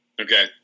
Okay